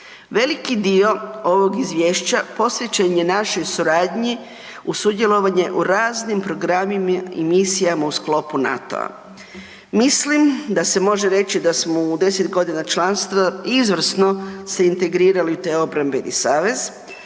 Veliki dio ovog izvješća posvećen je našoj suradnji u sudjelovanje u raznim programima i misijama u sklopu NATO-a. Mislim da se može reći da smo u 10 godina članstva izvrsno se integrirali u taj obrambeni savez.